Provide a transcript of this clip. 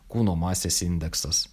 kūno masės indeksas